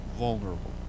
vulnerable